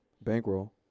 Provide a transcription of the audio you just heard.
Bankroll